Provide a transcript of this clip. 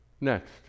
Next